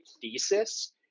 thesis